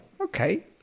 okay